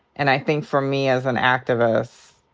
and i think for me as an activist,